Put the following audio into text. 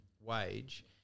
wage